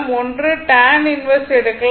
ஒன்று tan inverse எடுக்கலாம்